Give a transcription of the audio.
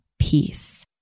peace